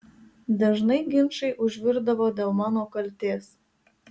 dažnai ginčai užvirdavo dėl mano kaltės